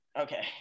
Okay